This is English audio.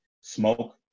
smoke